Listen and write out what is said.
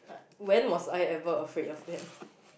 when was I ever afraid of them